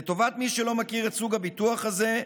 לטובת מי שלא מכיר את סוג הביטוח הזה,